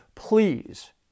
Please